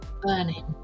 burning